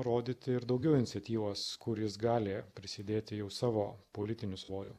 rodyti ir daugiau iniciatyvos kur jis gali prisidėti jau savo politiniu svoriu